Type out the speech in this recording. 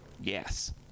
yes